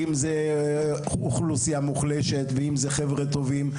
אם זה אוכלוסייה מוחלשת ואם זה חבר'ה טובים,